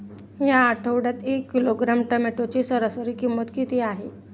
या आठवड्यात एक किलोग्रॅम टोमॅटोची सरासरी किंमत किती आहे?